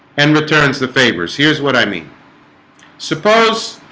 and returns the favors. here's what i mean suppose